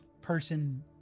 person